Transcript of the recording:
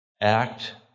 act